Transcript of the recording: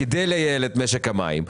כדי לייעל את משק המים.